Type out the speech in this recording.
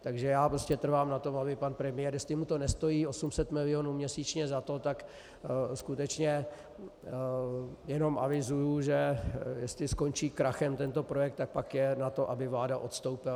Takže já prostě trvám na tom, aby pan premiér jestli mu nestojí 800 milionů měsíčně za to, tak skutečně jenom avizuji, že jestli skončí krachem tento projekt, tak pak je na to, aby vláda odstoupila.